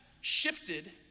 shifted